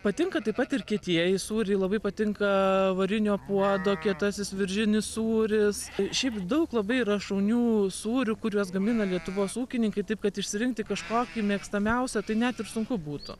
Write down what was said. patinka taip pat ir kietieji sūriai labai patinka varinio puodo kietasis viržinis sūris šiaip daug labai yra šaunių sūrių kuriuos gamina lietuvos ūkininkai taip kad išsirinkti kažkokį mėgstamiausią tai net ir sunku būtų